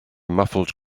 muffled